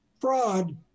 fraud